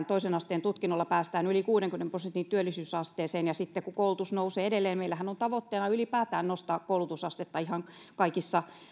toisen asteen tutkinnolla päästään yli kuudenkymmenen prosentin työllisyysasteeseen sitten kun koulutus nousee edelleen meillähän on tavoitteena ylipäätään nostaa koulutusastetta ihan